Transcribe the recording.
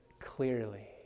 clearly